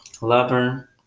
lover